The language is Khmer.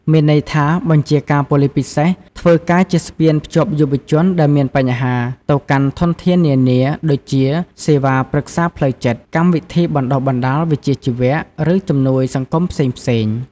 មានន័យថា បញ្ជាការប៉ូលិសពិសេសធ្វើការជាស្ពានភ្ជាប់យុវជនដែលមានបញ្ហាទៅកាន់ធនធាននានា ដូចជាសេវាប្រឹក្សាផ្លូវចិត្ត កម្មវិធីបណ្តុះបណ្តាលវិជ្ជាជីវៈ ឬជំនួយសង្គមផ្សេងៗ។